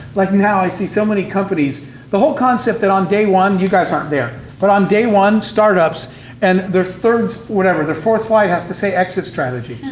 like now, i see so many companies the whole concept that on day one you guys aren't there but on day one, startups and their third, whatever, their fourth slide has to say exit strategy.